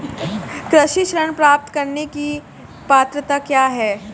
कृषि ऋण प्राप्त करने की पात्रता क्या है?